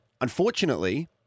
unfortunately –